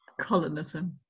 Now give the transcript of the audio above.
colonism